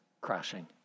crashing